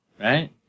Right